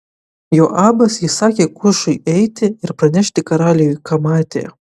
joabas įsakė kušui eiti ir pranešti karaliui ką matė